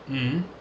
mm mm